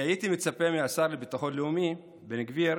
אני הייתי מצפה מהשר לביטחון לאומי בן גביר,